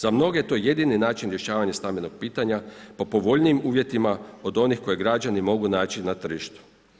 Za mnoge je to jedini način rješavanja stambenog pitanja po povoljnijim uvjetima od onih koje građani mogu naći na tržištu.